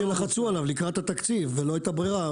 מוסכם כי לחצו עליו לקראת התקציב ולא הייתה ברירה,